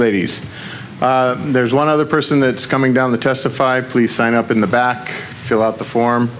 ladies there's one other person that's coming down the testify please sign up in the back fill out the form